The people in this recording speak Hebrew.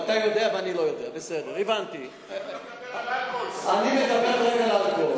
אם אתה לא יודע את זה, לך תקנה היום, מחר.